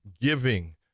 giving